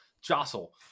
jostle